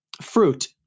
fruit